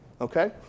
okay